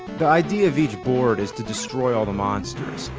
the idea of each board is to destroy all the monsters.